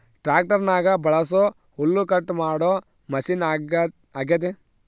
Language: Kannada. ಟ್ಯಾಕ್ಟರ್ನಗ ಬಳಸೊ ಹುಲ್ಲುಕಟ್ಟು ಮಾಡೊ ಮಷಿನ ಅಗ್ಯತೆ